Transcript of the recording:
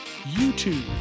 YouTube